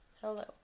Hello